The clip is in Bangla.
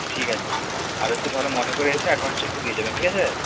ঠিক আছে আর হচ্ছে তাহলে মনে করে এসে অ্যাডভান্সটা একটু দিয়ে যাবেন ঠিক আছে